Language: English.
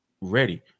ready